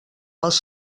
els